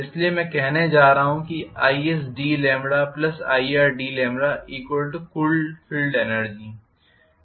इसलिए मैं कहने जा रहा हूं कि isdλirdλकुल फील्ड एनर्जी